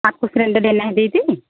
आपको सिलिण्डर लेना है दीदी